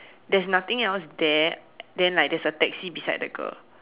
there's nothing else there then like there's a taxi beside the girl